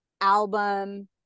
album